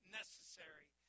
necessary